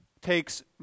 takes